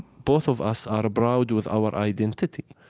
both of us are proud with our identity.